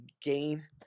gain